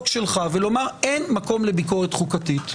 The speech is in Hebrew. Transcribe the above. שלך ולומר: אין מקום לביקורת חוקתית,